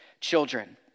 children